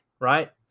right